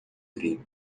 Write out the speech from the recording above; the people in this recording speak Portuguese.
trigo